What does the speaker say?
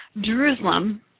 Jerusalem